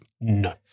No